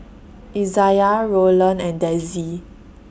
Izaiah Rolland and Dezzie